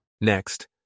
Next